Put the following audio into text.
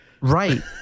Right